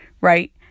right